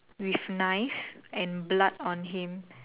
with knife and blood on him